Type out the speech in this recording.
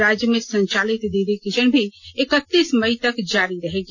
राज्य में संचालित दीदी किचन भी इक्कतीस मई तक जारी रहेगी